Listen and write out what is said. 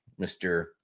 Mr